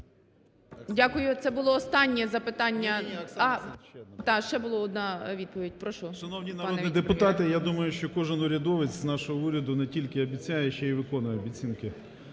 Дякую. Це було останнє запитання. А, да, ще була одна відповідь. Прошу. 11:13:09 ЗУБКО Г.Г. Шановні народні депутати, я думаю, що кожен урядовець з нашого уряду не тільки обіцяє, а ще й виконує обіцянки.